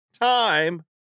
time